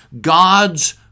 God's